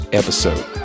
episode